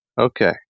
Okay